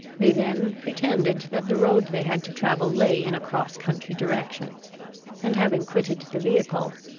they then pretended that the road they had to travel lay in a cross country direction and, having quitted the vehicle,